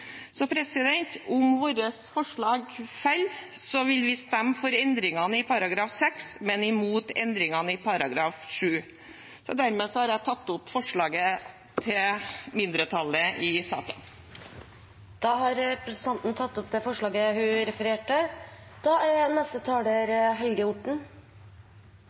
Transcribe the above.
Om vårt forslag faller, vil vi stemme for endringene i § 6, men imot endringene i § 7. Dermed har jeg tatt opp forslaget til mindretallet i saken. Da har representanten Kirsti Leirtrø tatt opp det forslaget hun refererte til. Det denne saken handler om, er